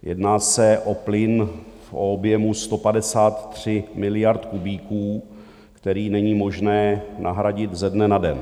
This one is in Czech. Jedná se o plyn v objemu 153 miliard kubíků, který není možné nahradit ze dne na den.